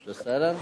בסדר?